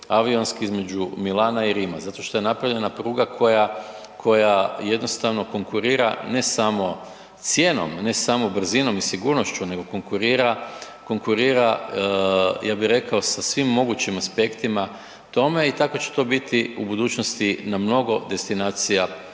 avionski između Milana i Rima zato što je napravljena pruga koja jednostavno konkurira ne samo cijenom, ne samo brzinom i sigurnošću, nego konkurira ja bi rekao sa svim mogućim aspektima tome i tako će to biti u budućnosti na mnogo destinacija u